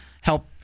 help